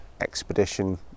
expedition